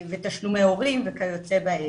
תשלומי הורים וכיוצא באלה.